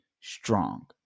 strong